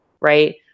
right